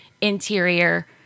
interior